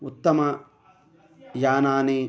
उत्तमयानानि